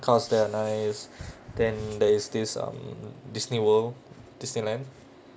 cause they are nice then there is still some disney world disneyland